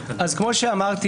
אז כמו שאמרתי,